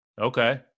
Okay